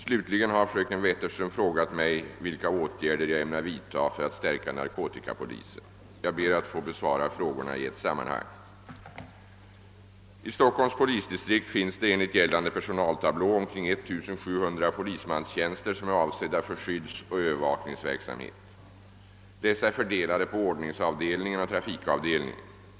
Slutligen har fröken Wetterström frågat mig vilka åtgärder jag ämnar vidta för att stärka narkotikapolisen. Jag ber att få besvara frågorna i ett sammanhang. I Stockholms polisdistrikt finns det enligt gällande personaltablå omkring 1700 polismanstjänster som är avsedda för skyddsoch övervakningsverksamhet. Dessa är fördelade på ordningsavdelningen och trafikavdelningen.